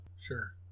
Sure